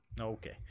Okay